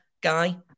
guy